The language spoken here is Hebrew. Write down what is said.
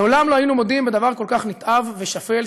לעולם לא היינו מודים בדבר כל כך נתעב ושפל,